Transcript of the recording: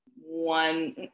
one